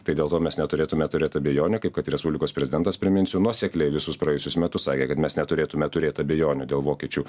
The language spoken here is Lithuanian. tai dėl to mes neturėtume turėt abejonių kaip kad respublikos prezidentas priminsiu nuosekliai visus praėjusius metus sakė kad mes neturėtume turėt abejonių dėl vokiečių